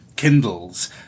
kindles